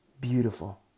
beautiful